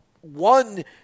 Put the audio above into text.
one